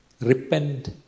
Repent